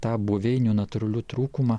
tą buveinių natūralių trūkumą